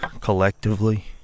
collectively